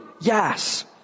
Yes